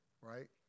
right